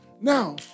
Now